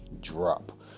drop